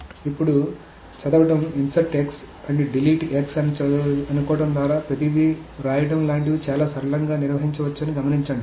ఇప్పుడు చదవడం insert and delete అని అనుకోవడం ద్వారా ప్రతిదీ వ్రాయడం లాంటివి చాలా సరళంగా నిర్వహించవచ్చని గమనించండి